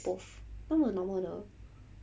both 他们很 normal 的